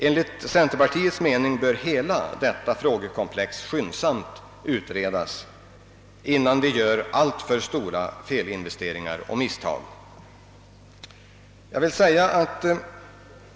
Enligt centerpartiets mening bör hela detta frågekomplex skyndsamt utredas innan vi gör alltför stora felinvesteringar och misstag.